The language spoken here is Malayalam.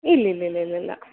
ഇല്ല ഇല്ല ഇല്ല ഇല്ല ഇല്ല